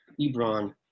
ebron